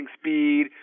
speed